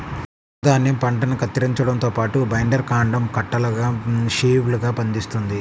చిన్న ధాన్యం పంటను కత్తిరించడంతో పాటు, బైండర్ కాండం కట్టలుగా షీవ్లుగా బంధిస్తుంది